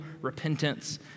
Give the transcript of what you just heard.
repentance